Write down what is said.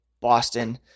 Boston